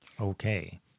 Okay